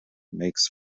makes